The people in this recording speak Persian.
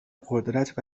قدرت